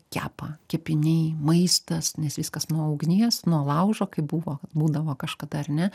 kepa kepiniai maistas nes viskas nuo ugnies nuo laužo kaip buvo būdavo kažkada ar ne